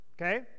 okay